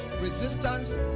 resistance